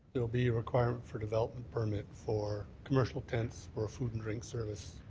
will be a requirement for development permit for commercial tents for a food and drink service